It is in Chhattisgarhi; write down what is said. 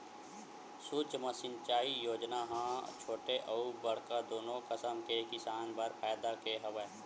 सुक्ष्म सिंचई योजना ह छोटे अउ बड़का दुनो कसम के किसान बर फायदा के हवय